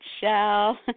shell